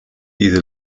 diese